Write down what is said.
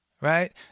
right